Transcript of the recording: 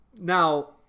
Now